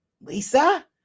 Lisa